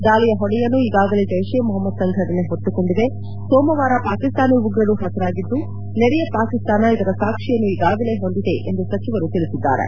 ದಾಳಿ ಹೊಣೆಯನ್ನು ಈಗಾಗಲೇ ಜೈಷ್ ಎ ಮೊಪಮದ್ ಸಂಘಟನೆ ಹೊತ್ತುಕೊಂಡಿದೆ ಸೋಮವಾರ ಪಾಕಿಸ್ತಾನಿ ಉಗ್ರರು ಪತರಾಗಿದ್ದು ನೆರೆಯ ಪಾಕಿಸ್ತಾನ ಇದರ ಸಾಕ್ಷಿಯನ್ನು ಈಗಾಗಲೇ ಹೊಂದಿದೆ ಎಂದು ಸಚಿವರು ತಿಳಿಸಿದ್ದಾರೆ